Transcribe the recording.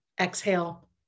exhale